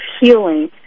healing